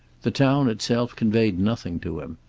the town itself conveyed nothing to him.